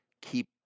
keep